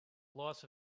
loss